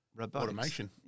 automation